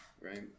right